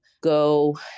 go